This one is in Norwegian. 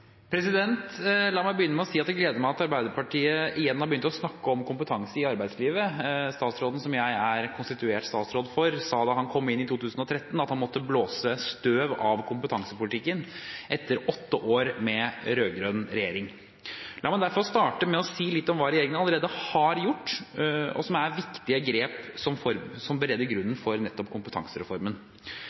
arbeidslivet. Statsråden som jeg er konstituert statsråd for, sa da han kom inn i 2013, at han måtte blåse støv av kompetansepolitikken etter åtte år med rød-grønn regjering. La meg derfor starte med å si litt om hva regjeringen allerede har gjort, og som er viktige grep som bereder grunnen for nettopp kompetansereformen.